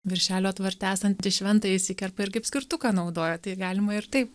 viršelio atvarte esantį šventąjį išsikerpa ir kaip skirtuką naudoja tai galima ir taip